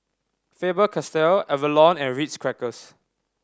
Faber Castell Avalon and Ritz Crackers